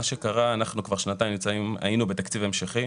מה שקרה, כבר שנתיים היינו בתקציב המשכי.